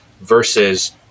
versus